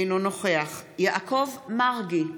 אינו נוכח יעקב מרגי,